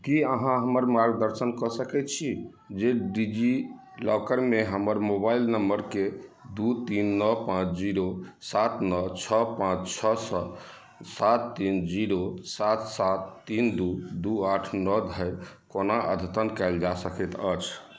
की अहाँ हमर मार्गदर्शन कऽ सकय छी जे डिजिलॉकरमे हमर मोबाइल नंबरके दू तीन नओ पाँच जीरो सात नओ छओ पाँच छओ सँ सात तीन जीरो सात सात तीन दू दू आठ नओ धरि कोना अद्यतन कयल जा सकैत अछि